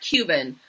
Cuban